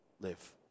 live